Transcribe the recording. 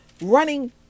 running